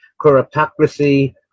corruptocracy